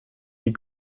die